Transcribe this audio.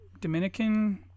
Dominican